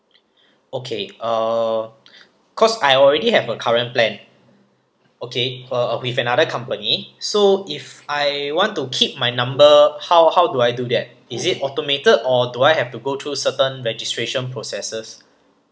okay uh cause I already have a current plan okay uh uh with another company so if I want to keep my number how how do I do that is it automated or do I have to go through certain registration processes